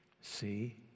See